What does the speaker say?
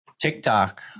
TikTok